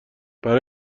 برا